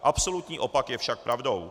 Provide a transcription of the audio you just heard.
Absolutní opak je však pravdou.